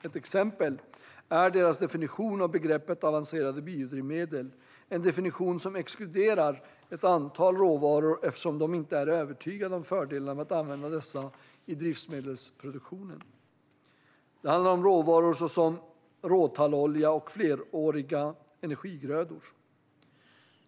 Ett exempel är deras definition av begreppet avancerade biodrivmedel, det vill säga en definition som exkluderar ett antal råvaror eftersom de inte är övertygade om fördelarna med att använda dessa i drivmedelsproduktionen. Det handlar om råvaror såsom råtallolja och fleråriga energigrödor.